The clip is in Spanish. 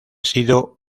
sido